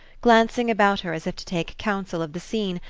glancing about her as if to take counsel of the scene,